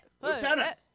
Lieutenant